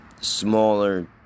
smaller